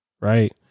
right